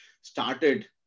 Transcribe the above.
started